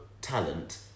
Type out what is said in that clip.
talent